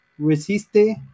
resiste